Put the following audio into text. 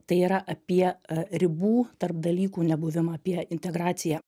tai yra apie ribų tarp dalykų nebuvimą apie integraciją